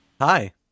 hi